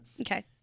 Okay